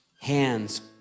hands